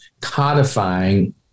codifying